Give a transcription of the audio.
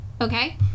Okay